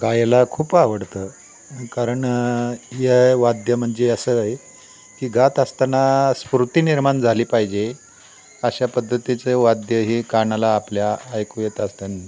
गायला खूप आवडतं कारण या वाद्य म्हणजे असं आहे की गात असताना स्फूर्ती निर्माण झाली पाहिजे अशा पद्धतीचे वाद्य हे कानाला आपल्या ऐकू येत असताना